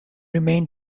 remained